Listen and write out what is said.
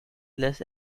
less